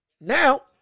Now